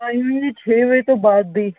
timing ਜੀ ਛੇ ਵਜੇ ਤੋਂ ਬਾਅਦ ਦੀ